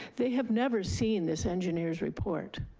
they have never seen this engineer's report.